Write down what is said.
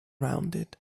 rounded